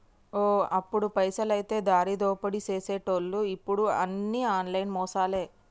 ఓ అప్పుడు పైసలైతే దారిదోపిడీ సేసెటోళ్లు ఇప్పుడు అన్ని ఆన్లైన్ మోసాలే